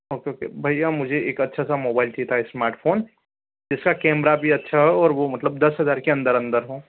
okay okay भैया मुझे एक अच्छा सा मोबाइल चाहिए था इस्मार्टफ़ोन जिसका केमरा भी अच्छा हो और वो मतलब दस हज़ार के अंदर अंदर हो